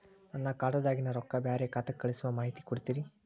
ನನ್ನ ಖಾತಾದಾಗಿನ ರೊಕ್ಕ ಬ್ಯಾರೆ ಖಾತಾಕ್ಕ ಕಳಿಸು ಮಾಹಿತಿ ಕೊಡತೇರಿ?